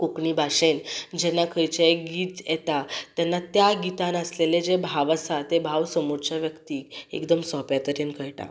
कोंकणी भाशेन जेन्ना खंयचेंय गीत येता तेन्ना त्या गितान आसलेले जे भाव आसात ते भाव समोरच्या व्यक्तीक एकदम सोंपे तरेन कळटात